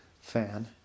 fan